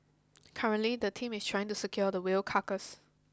currently the team is trying to secure the whale carcass